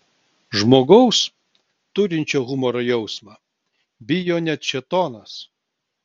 žmogaus turinčio humoro jausmą bijo net šėtonas